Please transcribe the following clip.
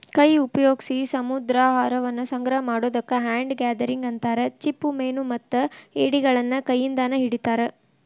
ಕೈ ಉಪಯೋಗ್ಸಿ ಸಮುದ್ರಾಹಾರವನ್ನ ಸಂಗ್ರಹ ಮಾಡೋದಕ್ಕ ಹ್ಯಾಂಡ್ ಗ್ಯಾದರಿಂಗ್ ಅಂತಾರ, ಚಿಪ್ಪುಮೇನುಮತ್ತ ಏಡಿಗಳನ್ನ ಕೈಯಿಂದಾನ ಹಿಡಿತಾರ